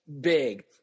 big